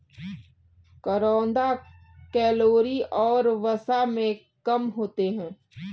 करौंदा कैलोरी और वसा में कम होते हैं